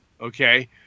Okay